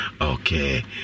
okay